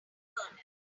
colonel